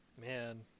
Man